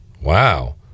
wow